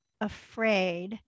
afraid